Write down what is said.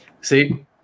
See